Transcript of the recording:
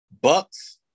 Bucks